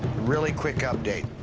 really quick update.